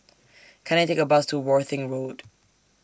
Can I Take A Bus to Worthing Road